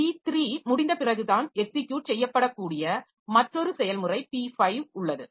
P3 முடிந்த பிறகுதான் execute செய்யப்படக்கூடிய மற்றொரு செயல்முறை P5 உள்ளது